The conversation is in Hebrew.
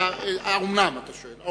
האומנם, אתה שואל.